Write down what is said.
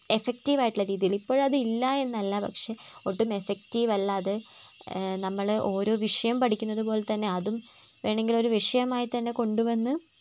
എഫക്റ്റീവായിട്ടുള്ള രീതിയിൽ ഇപ്പോഴതില്ല എന്നല്ല പക്ഷേ ഒട്ടും എഫക്റ്റീവല്ലത് നമ്മൾ ഓരോ വിഷയം പഠിക്കുന്നത് പോലെ തന്നെ അതും വേണമെങ്കിലൊരു വിഷയമായ് തന്നെ കൊണ്ട് വന്ന്